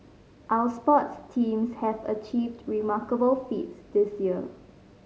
our sports teams have achieved remarkable feats this year